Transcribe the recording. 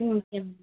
ம் okay ma'am